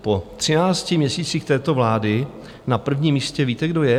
Po třinácti měsících této vlády na prvním místě víte, kdo je?